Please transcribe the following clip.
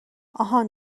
آهان